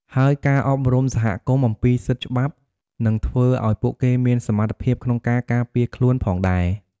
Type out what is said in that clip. ហើយការអប់រំសហគមន៍អំពីសិទ្ធិច្បាប់នឹងធ្វើឱ្យពួកគេមានសមត្ថភាពក្នុងការការពារខ្លួនផងដែរ។